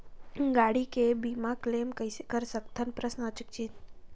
गाड़ी के बीमा क्लेम कइसे कर सकथव?